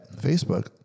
Facebook